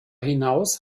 hinaus